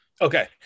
Okay